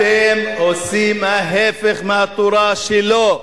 אתם עושים ההיפך מהתורה שלו.